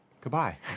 Goodbye